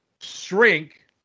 Shrink